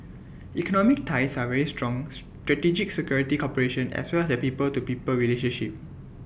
economic ties are very strong strategic security cooperation as well as the people to people relationship